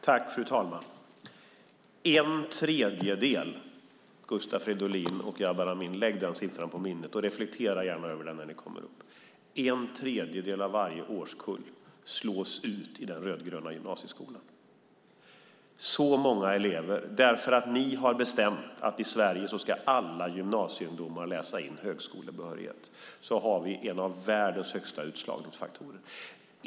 Fru talman! En tredjedel av varje årskull slås ut i den rödgröna gymnasieskolan. Lägg det på minnet och reflektera gärna över det när ni går upp i talarstolen, Gustav Fridolin och Jabar Amin. Så många elever handlar det om därför att ni har bestämt att alla gymnasieungdomar i Sverige ska läsa in högskolebehörighet. Därför har vi en av världens högsta utslagningsfaktorer.